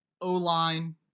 O-line